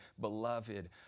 Beloved